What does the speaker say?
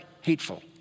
hateful